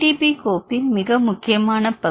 B கோப்பின் மிக முக்கியமான பகுதி